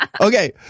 Okay